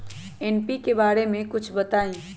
NPK बारे म कुछ बताई?